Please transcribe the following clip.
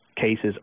cases